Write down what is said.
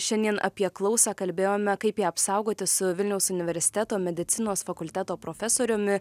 šiandien apie klausą kalbėjome kaip ją apsaugoti su vilniaus universiteto medicinos fakulteto profesoriumi